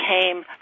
came